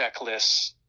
checklists